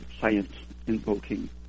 science-invoking